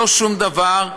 לא שום דבר,